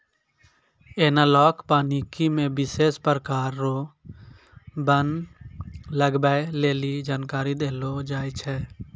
एनालाँक वानिकी मे विशेष प्रकार रो वन लगबै लेली जानकारी देलो जाय छै